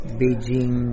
beijing